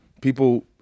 People